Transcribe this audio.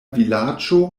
vilaĝo